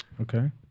Okay